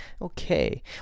Okay